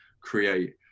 create